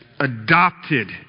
adopted